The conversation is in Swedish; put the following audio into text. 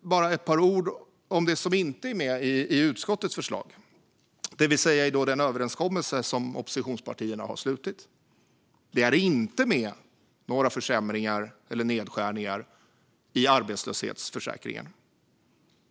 några ord om det som inte är med i utskottets förslag, det vill säga i den överenskommelse som oppositionspartierna har slutit. Det finns inte med några försämringar eller nedskärningar i arbetslöshetsförsäkringen.